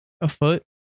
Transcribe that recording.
afoot